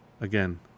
Again